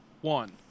one